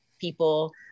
people